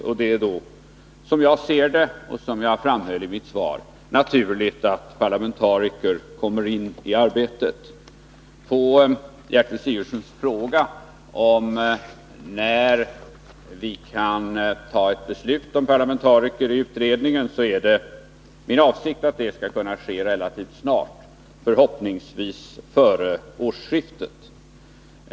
Det är då, som jag ser det och som jag framhöll i mitt svar, naturligt att parlamentariker kommer in i arbetet. På Gertrud Sigurdsens fråga om när vi kan fatta beslut om parlamentariker iutredningen vill jag svara att det är min avsikt att det skall kunna ske relativt snart, förhoppningsvis före årsskiftet.